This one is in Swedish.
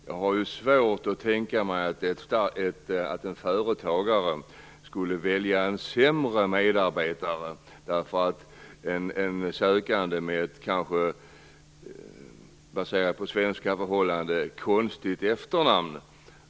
Jag har svårt att tänka mig att en företagare skulle välja en sämre medarbetare därför att en sökande med meriter har ett, baserat på svenska förhållanden, konstigt efternamn.